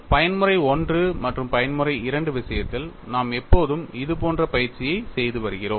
பயன்முறை I மற்றும் பயன்முறை II விஷயத்தில் நாம் எப்போதும் இதேபோன்ற பயிற்சியைச் செய்து வருகிறோம்